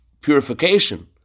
purification